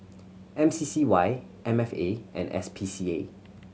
M C C Y M F A and S P C A